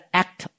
act